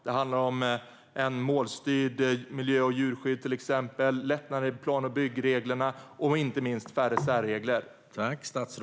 Det handlar till exempel om ett målstyrt miljö och djurskydd, lättnader i plan och byggreglerna och inte minst färre särregler.